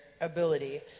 ability